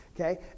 okay